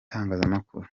bitangazamakuru